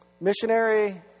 missionary